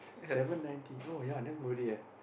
seven ninety no ya damn worth it eh